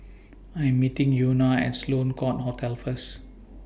I Am meeting Euna At Sloane Court Hotel First